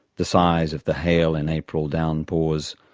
the size of the hail in april downpours,